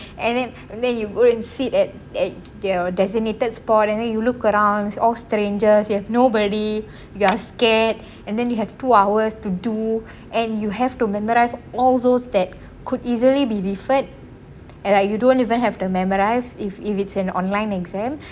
and then and then you go and sit at at their designated spot and then you look at around all strangers you have nobody you are scared and then you have two hours to do and you have to memorise all those that could easily be referred and you you don't even have to memorise if if it's in online exam